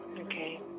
Okay